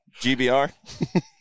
GBR